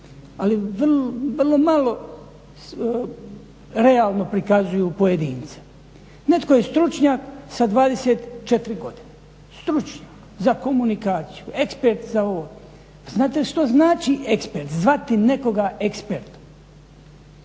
ali vrlo malo realno prikazuju pojedince. Netko je stručnjak sa 24 godine, stručnjak za komunikaciju, ekspert za ovo. Znate što znači ekspert, zvati nekoga ekspertom?